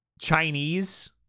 Chinese